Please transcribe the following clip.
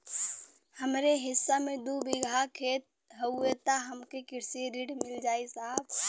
हमरे हिस्सा मे दू बिगहा खेत हउए त हमके कृषि ऋण मिल जाई साहब?